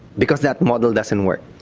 because that model doesn't work.